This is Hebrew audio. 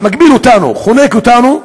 מגביל אותנו, חונק אותנו,